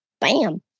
bam